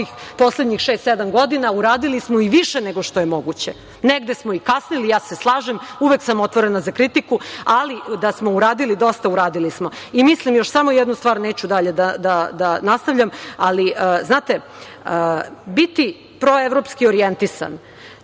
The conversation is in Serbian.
poslednjih šest, sedam godina uradili smo i više nego što je moguće. Negde smo i kasnili, slažem se, uvek sam otvorena za kritiku, ali da smo uradili dosta, uradili smo. Još samo jednu stvar, neću da nastavljam, ali biti proevropski orijentisan